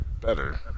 better